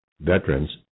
veterans